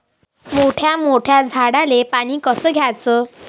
मोठ्या मोठ्या झाडांले पानी कस द्याचं?